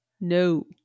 no